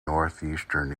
northeastern